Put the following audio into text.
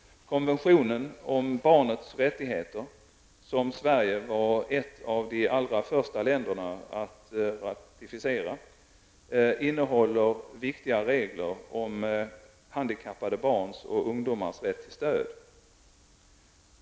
Konventionen om barnets rättigheter, som Sverige var ett av de allra första länderna att ratificera, innehåller viktiga regler om handikappade barns och ungdomars rätt till stöd.